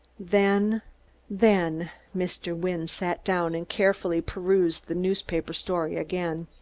then then mr. wynne sat down and carefully perused the newspaper story again.